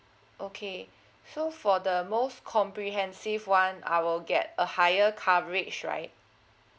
okay so for the most comprehensive one I will get a higher coverage right